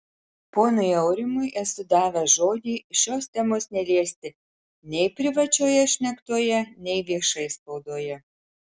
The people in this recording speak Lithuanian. ponui aurimui esu davęs žodį šios temos neliesti nei privačioje šnektoje nei viešai spaudoje